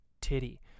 titty